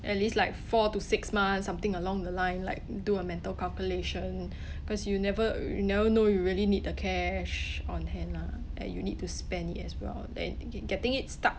at least like four to six months something along the line like do a mental calculation cause you never never you know you really need the cash on hand lah like you need to spend it as well and get getting it stuck